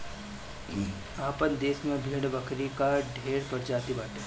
आपन देस में भेड़ बकरी कअ ढेर प्रजाति बाटे